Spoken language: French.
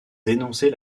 dénoncer